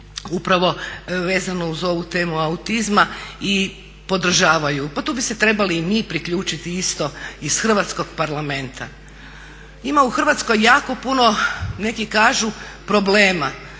upravo vezano uz ovu temu autizma i podržavaju. Pa tu bi se trebali i mi priključiti isto iz Hrvatskog parlamenta. Ima u Hrvatskoj jako puno neki kažu problema,